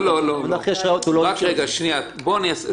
לא אקריא את הכותרות של